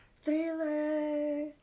Thriller